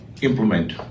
implement